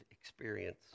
experience